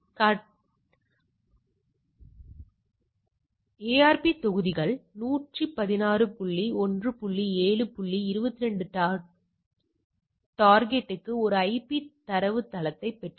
எனவே காட்சி 3 20 விநாடிகள் கழித்து ARP தொகுதிகள் 116 புள்ளி 1 புள்ளி 7 புள்ளி 22 டார்கெட்க்கு ஒரு ஐபி தரவுத்தளத்தைப் பெற்றன